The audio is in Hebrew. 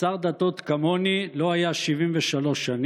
"שר דתות כמוני לא היה 73 שנים,